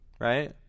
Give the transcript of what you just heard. right